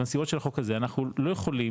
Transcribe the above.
הנסיבות של החוק הזה אנחנו לא יכולים